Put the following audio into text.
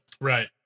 Right